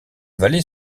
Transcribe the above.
vallée